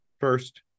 First